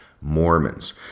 Mormons